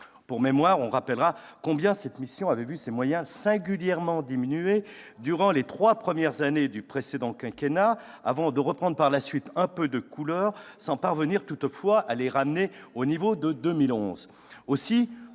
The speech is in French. Pour mémoire, on rappellera combien cette mission avait vu ses moyens singulièrement diminuer durant les trois premières années du précédent quinquennat, avant de reprendre par la suite un peu de couleurs, sans parvenir toutefois à les ramener au niveau de 2011.